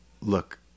Look